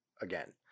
again